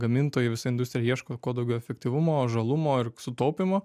gamintojai visa industrija ir ieško kuo daugiau efektyvumo žalumo ir sutaupymo